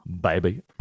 baby